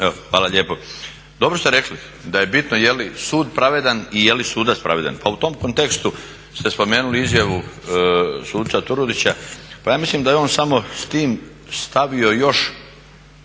hvala lijepo. Dobro ste rekli da je bitno je li sud pravedan i je li sudac pravedan. Pa u tom kontekstu ste spomenuli izjavu suca Turudića, pa ja mislim da je on samo s tim stavio još